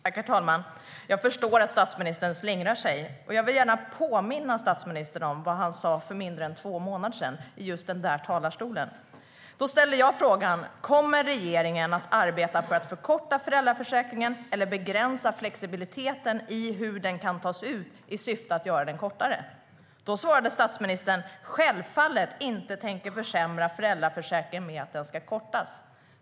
Herr talman! Jag förstår att statsministern slingrar sig, och jag vill gärna påminna statsministern om vad han sa för mindre än två månader sedan i just den talarstol han står i nu. Jag ställde frågan om regeringen kommer att arbeta för att förkorta föräldraförsäkringen eller begränsa flexibiliteten i hur den kan tas ut, i syfte att göra den kortare. Statsministern svarade att han självfallet inte tänker försämra föräldraförsäkringen genom att korta den.